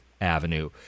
Avenue